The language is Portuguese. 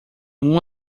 uma